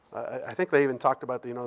i think they even talked about the you know